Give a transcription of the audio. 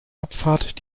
abfahrt